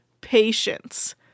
patience